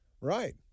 Right